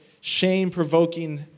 shame-provoking